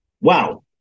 Wow